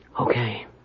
Okay